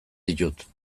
ditut